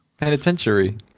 Penitentiary